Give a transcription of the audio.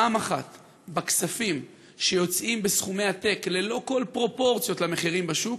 פעם אחת בכספים שיוצאים בסכומי עתק וללא כל פרופורציות למחירים בשוק,